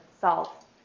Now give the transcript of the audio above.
salt